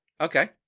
Okay